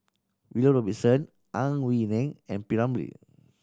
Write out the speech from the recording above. William Robinson Ang Wei Neng and P Ramlee